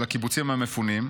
של הקיבוצים המפונים,